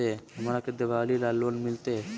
हमरा के दिवाली ला लोन मिलते?